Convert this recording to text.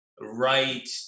right